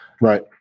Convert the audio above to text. Right